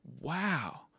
wow